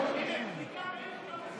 יצטרכו לשלם 40 שקל על בדיקה באיכילוב.